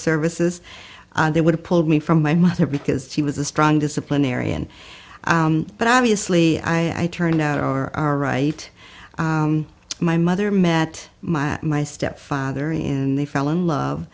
services they would have pulled me from my mother because she was a strong disciplinary and but obviously i turned out or are right my mother met my my stepfather is and they fell in love